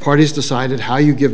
parties decided how you give